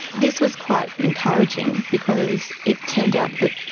this was quite encouraging because it turned out that